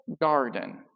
garden